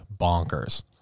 bonkers